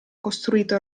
costruito